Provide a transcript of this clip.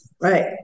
Right